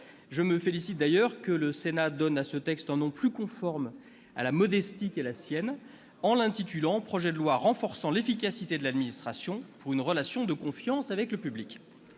Je me félicite d'ailleurs que le Sénat donne à ce texte un nom plus conforme à la modestie qui est la sienne en l'intitulant projet de loi « renforçant l'efficacité de l'administration pour une relation de confiance avec le public ».